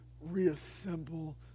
reassemble